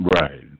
Right